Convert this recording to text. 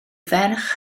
ferch